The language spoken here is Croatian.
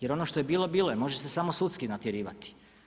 Jer ono što je bilo bilo je, može se samo sudski natjerivati.